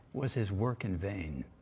was his work in vain?